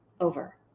over